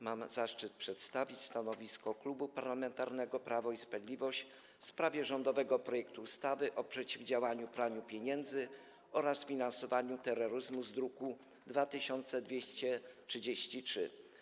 Mam zaszczyt przedstawić stanowisko Klubu Parlamentarnego Prawo i Sprawiedliwość w sprawie rządowego projektu ustawy o przeciwdziałaniu praniu pieniędzy oraz finansowaniu terroryzmu z druku nr 2233.